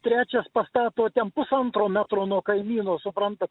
trečias pastato ten pusantro metro nuo kaimyno suprantat